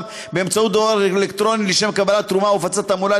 באמצעות דואר אלקטרוני לשם קבלת תרומה או הפצת תעמולה